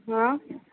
हा